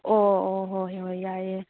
ꯑꯣ ꯑꯣ ꯍꯣꯏ ꯍꯣꯏ ꯌꯥꯏꯌꯦ